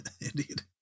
Indeed